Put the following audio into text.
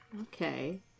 Okay